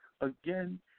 again